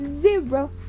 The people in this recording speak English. zero